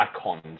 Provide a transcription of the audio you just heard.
icons